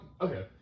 Okay